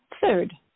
third